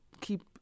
Keep